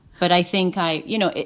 but i think i you know,